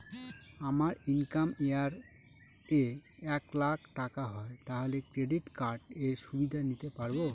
আমার income year এ এক লাক টাকা হয় তাহলে ক্রেডিট কার্ড এর সুবিধা নিতে পারবো?